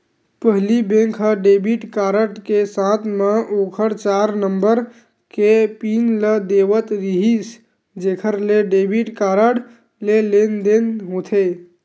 पहिली बेंक ह debit card के साथे म ओखर चार नंबर के पिन ल देवत रिहिस जेखर ले डेबिट कारड ले लेनदेन होथे